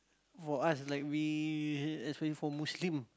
for us like we as we for Muslim